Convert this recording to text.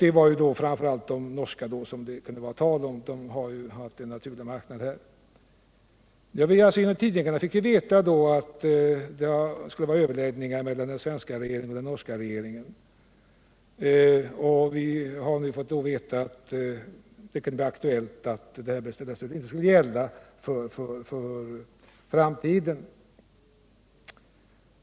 Detta gällde framför allt de norska beställarna, som har haft en naturlig marknad här. Enligt tidningarna fick vi veta att det skulle bli överläggningar mellan regeringarna i Norge och Sverige. Vi fick också veta att det kunde bli aktuellt att den här bestämmelsen inte skulle gälla för framtiden.